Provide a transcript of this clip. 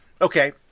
Okay